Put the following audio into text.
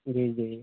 जी जी